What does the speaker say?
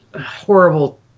horrible